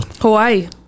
Hawaii